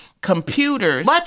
computers